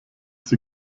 sie